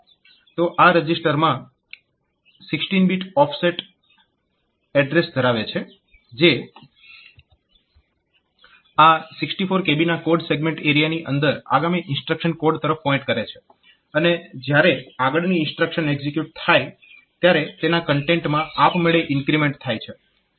તો આ register 16 bit offset address ધરાવે છે જે આ 64 kB ના કોડ સેગ્મેન્ટ એરીયાની અંદર આગામી ઇન્સ્ટ્રક્શન કોડ તરફ પોઇન્ટ કરે છે અને જ્યારે આગળની ઇન્સ્ટ્રક્શન એકઝીક્યુટ થાય ત્યારે તેના કન્ટેન્ટમાં આપમેળે ઇન્ક્રીમેન્ટ થાય છે